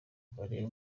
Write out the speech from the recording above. barebe